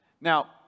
Now